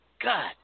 God